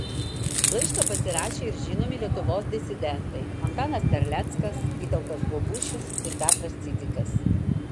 laišką pasirašė ir žinomi lietuvos disidentai antanas terleckas vytautas bogušis petras cidzikas